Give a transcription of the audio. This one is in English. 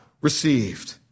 received